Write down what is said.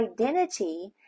identity